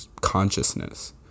consciousness